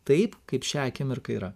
taip kaip šią akimirką yra